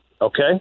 Okay